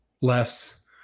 less